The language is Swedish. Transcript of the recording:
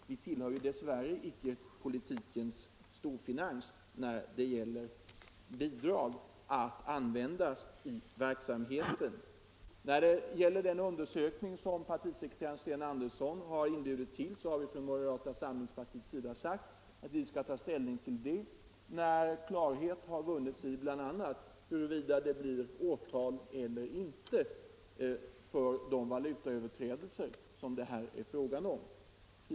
Vi tillhör dess värre inte politikens storfinans i vad gäller bidrag som skall användas i verksamheten. Beträffande den redovisning som partisekreterare Sten Andersson har inbjudit till har vi i moderata samlingspartiet sagt att vi skall ta ställning till den när klarhet vunnits bl.a. om huruvida det kommer att bli något åtal eller inte för de valutaöverträdelser som här har påtalats.